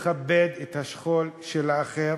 לכבד את השכול של האחר,